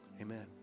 amen